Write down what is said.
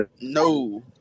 No